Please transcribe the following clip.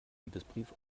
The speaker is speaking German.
liebesbrief